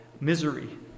misery